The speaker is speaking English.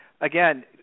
Again